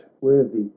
worthy